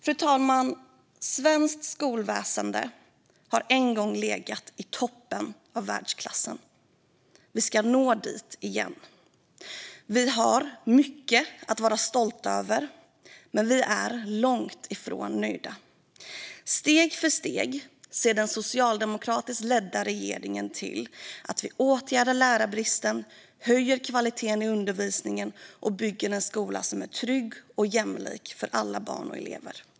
Fru talman! Svenskt skolväsen har en gång legat i toppen av världsklassen. Vi ska nå dit igen. Vi har mycket att vara stolta över, men vi är långt ifrån nöjda. Steg för steg ser den socialdemokratiskt ledda regeringen till att vi åtgärdar lärarbristen, höjer kvaliteten i undervisningen och bygger en skola som är trygg och jämlik för alla barn och elever.